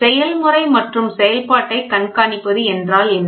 செயல்முறை மற்றும் செயல்பாட்டைக் கண்காணிப்பது என்றால் என்ன